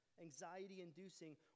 anxiety-inducing